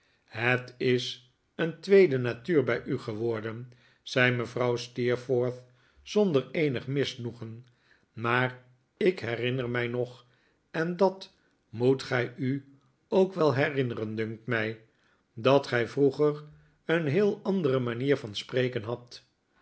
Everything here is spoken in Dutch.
het is een tweede natuur bij u geworden zei mevrouw steerforth zonder eenig misnoegen maar ik herinnef mij nog en dat moet gij u ook wel herinneren dunkt mij dat gij vroeger een heel andere manier van spreken hadt